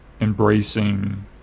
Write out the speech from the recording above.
embracing